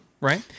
right